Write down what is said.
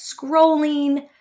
scrolling